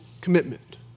commitment